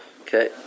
Okay